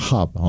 Hub